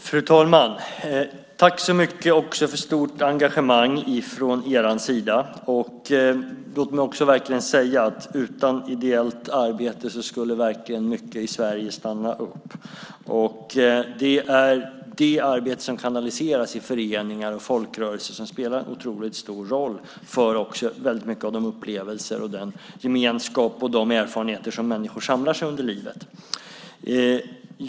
Fru talman! Jag tackar så mycket för stort engagemang också från er meddebattörers sida. Låt mig också betona att utan ideellt arbete skulle mycket i Sverige stanna upp. Det arbete som kanaliseras i föreningar och folkrörelser spelar otroligt stor roll också för väldigt mycket av de upplevelser, den gemenskap och de erfarenheter som människor samlar på sig under livet.